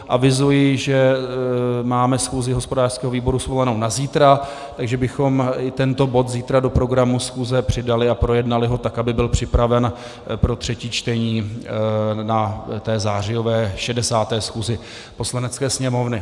Avizuji, že máme schůzi hospodářského výboru svolanou na zítra, takže bychom i tento bod zítra do programu schůze přidali a projednali ho tak, aby byl připraven pro třetí čtení na té zářijové, 60. schůzi Poslanecké sněmovny.